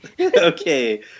Okay